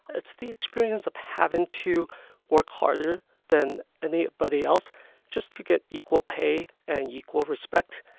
it's the experience of having to work harder than anybody else just to get equal pay and equal respect.